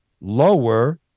lower